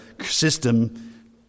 system